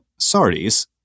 Sardi's